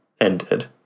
ended